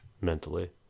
mentally